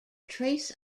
trace